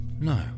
No